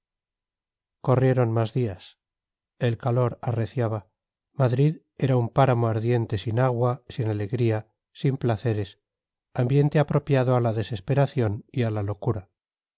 corrieron más días el calor arreciaba madrid era un páramo ardiente sin agua sin alegría sin placeres ambiente apropiado a la desesperación y a la locura